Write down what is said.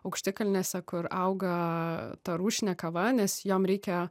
aukštikalnėse kur auga ta rūšinė kava nes jom reikia